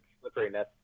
slipperiness